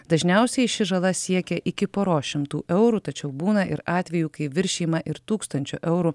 dažniausiai ši žala siekia iki poros šimtų eurų tačiau būna ir atvejų kai viršijimą ir tūkstančiu eurų